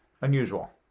Unusual